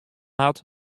hat